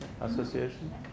Association